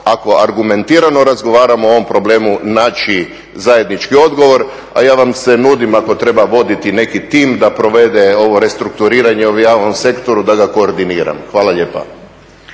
ako argumentirano razgovaramo o ovom problemu naći zajednički odgovor. A ja vam se nudim ako treba voditi neki tim da provede ovo restrukturiranje u javnom sektoru da ga koordiniram. Hvala lijepa.